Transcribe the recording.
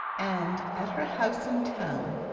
and at her house in town,